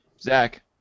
Zach